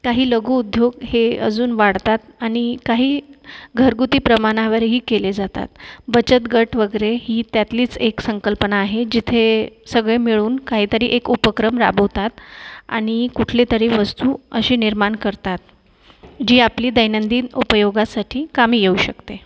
काही लघुउद्योग हे अजून वाढतात आणि काही घरगुती प्रमाणावरही केले जातात बचतगट वगैरे ही त्यातलीच एक संकल्पना आहे जिथे सगळे मिळून काहीतरी एक उपक्रम राबवतात आणि कुठली तरी वस्तू अशी निर्माण करतात जी आपली दैनंदिन उपयोगासाठी कामी येऊ शकते